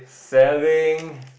saving